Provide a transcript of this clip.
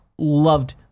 Loved